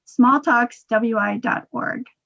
smalltalkswi.org